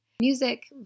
Music